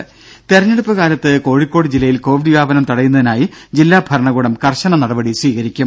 ദേദ തെരഞ്ഞെടുപ്പ് കാലത്ത് കോഴിക്കോട് ജില്ലയിൽ കോവിഡ് വ്യാപനം തടയുന്നതിനായി ജില്ലാ ഭരണകൂടം കർശന നടപടി സ്വീകരിക്കും